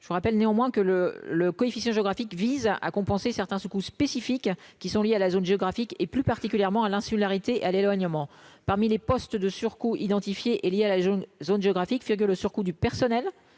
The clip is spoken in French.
je vous rappelle néanmoins que le le. Coefficient géographique vise à compenser certains spécifiques qui sont liés à la zone géographique, et plus particulièrement à l'insularité à l'éloignement parmi les postes de surcoût identifié est liée à la zone géographique que le surcoût du personnel